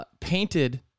Painted